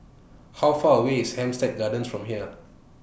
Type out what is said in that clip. How Far away IS Hampstead Gardens from here